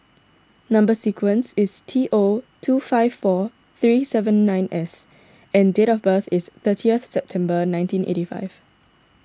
Number Sequence is T O two five four three seven nine S and date of birth is thirtieth September nineteen eighty five